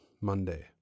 monday